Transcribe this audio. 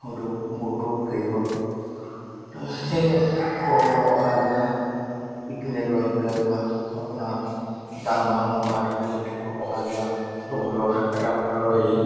হয়তো বহুতো হেৰি হ'ল সেয়েহে অহা যোৱা ইপিনে যোৱা ইফিলে যোৱা আপোনাৰ যান বাহনৰ পৰা আদি কৰি বহুত অহা যোৱা ভয়ৰ এটা ভয়ৰ হেৰি